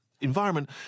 environment